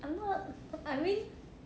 I'm not I mean